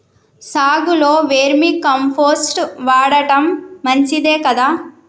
సాగులో vermicompost వాడటం మంచిదే కదా?